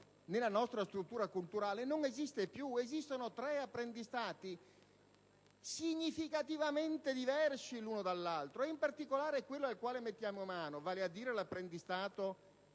nella nostra struttura culturale, non esiste più; esistono tre apprendistati significativamente diversi uno dall'altro. In particolare, quello cui mettiamo mano, vale a dire quello